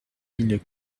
mille